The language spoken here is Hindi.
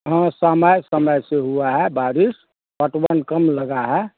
हाँ समय समय से हुई है बारिश पटवन कम लगा है